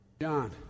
John